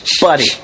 buddy